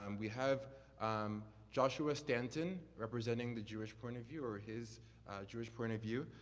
um we have um joshua stanton representing the jewish point of view, or his jewish point of view.